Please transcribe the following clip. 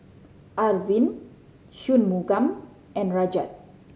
Arvind Shunmugam and Rajat